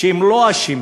שהם לא אשמים,